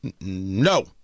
No